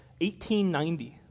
1890